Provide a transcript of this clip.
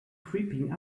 creeping